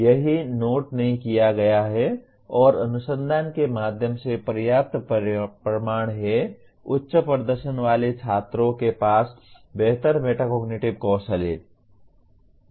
यह नोट किया गया है और अनुसंधान के माध्यम से पर्याप्त प्रमाण है उच्च प्रदर्शन वाले छात्रों के पास बेहतर मेटाकोग्निटिव कौशल हैं